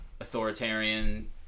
authoritarian